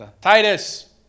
Titus